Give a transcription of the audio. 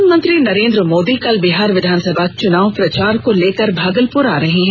प्रधानमंत्री नरेंद्र मोदी कल बिहार विधानसभा चुनाव प्रचार को लेकर भागलपुर आ रहे हैं